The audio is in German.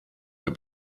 mehr